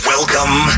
Welcome